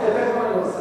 אתה תיכף עונה לו,